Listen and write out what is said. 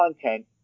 content